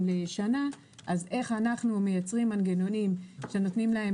לשנה אז איך אנחנו מייצרים מנגנונים שנותנים להם